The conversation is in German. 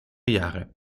jahre